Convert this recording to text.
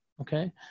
okay